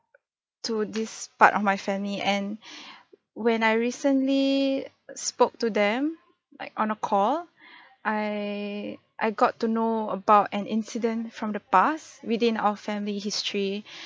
to this part of my family and when I recently spoke to them like on a call I I got to know about an incident from the past within our family history